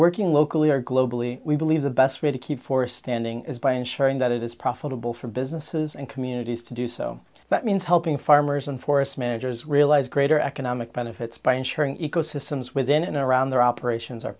working locally or globally we believe the best way to keep for standing is by ensuring that it is profitable for businesses and communities to do so that means helping farmers and forest managers realize greater economic benefits by ensuring ecosystems within and around their operations are